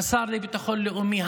מהשר לביטחון לאומי,